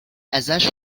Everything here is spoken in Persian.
ازش